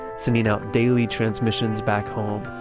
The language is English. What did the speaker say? sending out daily transmissions back home.